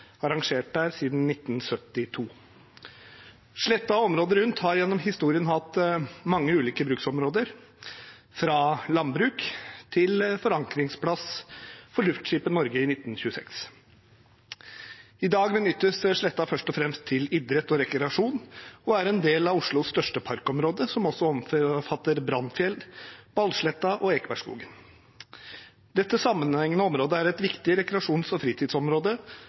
arrangert der siden 1972. Sletta og området rundt har gjennom historien hatt mange ulike bruksområder, fra landbruk til forankringsplass for luftskipet «Norge» i 1926. I dag benyttes sletta først og fremst til idrett og rekreasjon og er en del av Oslos største parkområde, som også omfatter Brannfjell, Ballsletta og Ekebergskogen. Dette sammenhengende området er et viktig rekreasjons- og fritidsområde,